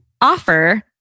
offer